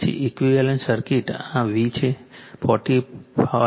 પછી equivalent circuit આ V છે 45